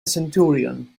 centurion